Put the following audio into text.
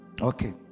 Okay